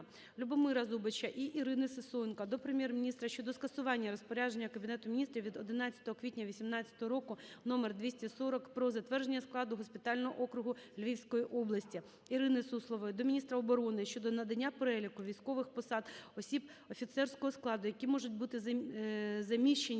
Любомира Зубача і Ірини Сисоєнко до Прем'єр-міністра щодо скасування розпорядження Кабінету Міністрів від 11 квітня 2018 року № 240 -р "Про затвердження складу госпітального округу Львівської області". Ірини Суслової до міністра оборони щодо надання переліку військових посад осіб офіцерського складу, які можуть бути заміщені